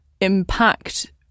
impact